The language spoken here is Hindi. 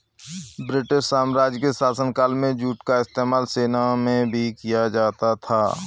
ब्रिटिश साम्राज्य के शासनकाल में जूट का इस्तेमाल सेना में भी किया जाता था